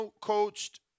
coached